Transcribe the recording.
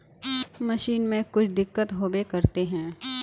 Machine में कुछ दिक्कत होबे करते है?